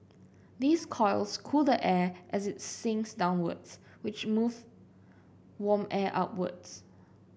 these coils cool the air as it sinks downwards which move warm air upwards